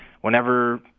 whenever